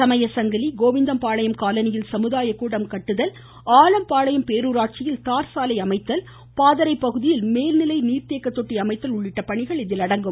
சமயசங்கிலி கோவிந்தம்பாளையம் காலனியில் சமுதாயக்கூடம் கட்டுதல் ஆலம்பாளையம் பேருராட்சியில் தார் சாலை அமைத்தல் பாதரை பகுதியில் மேல்நிலை நீர்த்தேக்க தொட்டி அமைத்தல் உள்ளிட்ட பணிகள் இதில் அடங்கும்